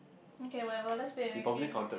okay whatever let's play the next game